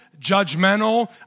judgmental